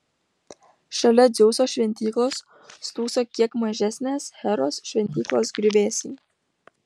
šalia dzeuso šventyklos stūkso kiek mažesnės heros šventyklos griuvėsiai